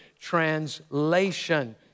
translation